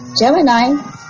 Gemini